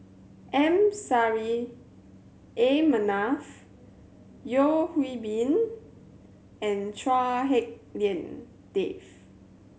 M Saffri A Manaf Yeo Hwee Bin and Chua Hak Lien Dave